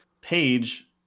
page